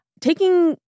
taking